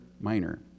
minor